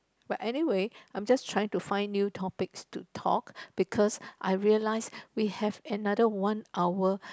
but anywhere I'm just trying to find new topics to talk because I realize we have another one hour